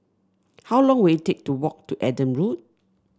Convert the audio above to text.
how long will it take to walk to Adam Park